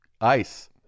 Ice